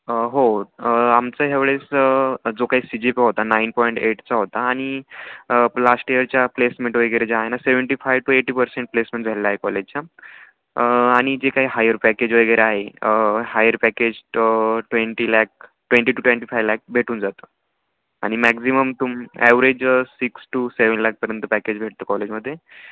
हो आमचा ह्या वेळेस जो काही सीजेपे होता नाईन पॉईंट एटचा होता आणि प लास्ट इयरच्या प्लेसमेट वगैरे ज्या आहे ना seventy five to eighty percent placement झालेला आहे कॉलेजचं आणि जे काय हायर पॅकेज वगैरे आहे higher package twenty lakh twenty to twenty five lakh भेटून जातं आणि मॅक्झिमम तुम ॲवरेज सिक्स टू सेवन लॅकपर्यंत पॅकेज भेटतं कॉलेजमध्ये